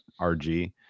RG